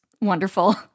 wonderful